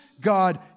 God